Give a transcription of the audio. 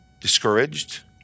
discouraged